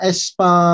Espa